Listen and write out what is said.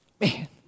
man